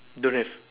don't have